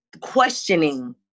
questioning